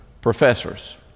professors